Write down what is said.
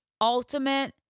ultimate